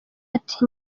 ati